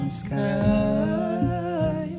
sky